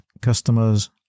customers